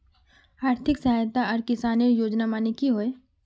आर्थिक सहायता आर किसानेर योजना माने की होय?